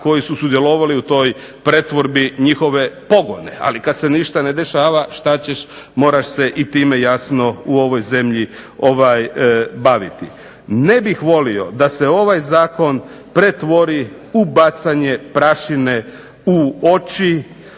koji su sudjelovali u toj pretvorbi njihove pogone, ali kad se ništa ne dešava šta ćeš, moraš se i time jasno u ovoj zemlji baviti. Ne bih volio da se ovaj zakon pretvori u bacanje prašine u oči,